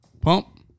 Pump